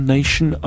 Nation